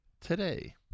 today